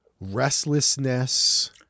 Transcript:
restlessness